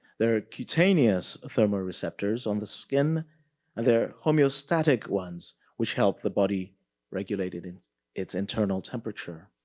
there are cutaneous thermoreceptors on the skin and there are homeostatic ones which help the body regulate it in its internal temperature.